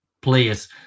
players